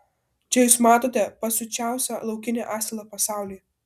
čia jūs matote pasiučiausią laukinį asilą pasaulyje